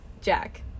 Jack